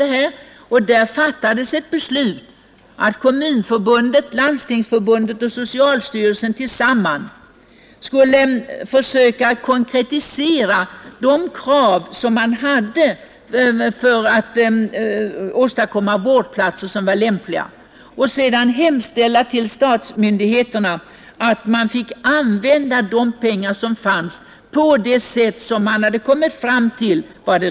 Där har det fattats beslut om att Kommunförbundet, Landstingsförbundet och socialstyrelsen tillsammans skulle försöka konkretisera kraven på lämpliga vårdplatser och sedan hemställa till de statliga myndigheterna om rätt att anordna sådana vårdplatser för pengarna.